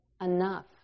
enough